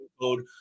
Code